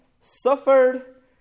suffered